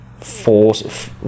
force